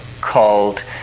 called